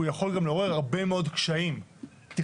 הוא יכול גם לעורר הרבה מאוד קשיים תכנוניים,